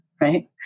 right